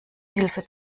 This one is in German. hilfe